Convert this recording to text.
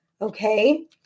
Okay